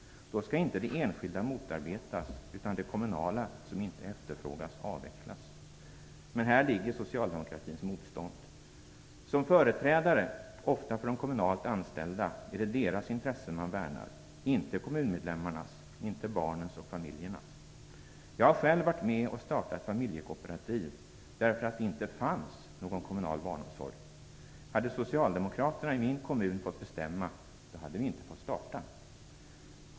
Då skall inte det enskilda motarbetas, utan det kommunala som inte efterfrågas avvecklas. Men här ligger socialdemokratins motstånd. Som företrädare, ofta för de kommunalt anställda, är det deras intressen man värnar - inte kommunmedlemmarnas, barnens och familjernas. Jag har själv varit med och startat ett familjekooperativ därför att det inte fanns någon kommunal barnomsorg. Hade socialdemokraterna i min kommun fått bestämma hade vi inte fått starta.